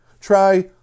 try